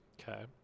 Okay